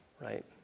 right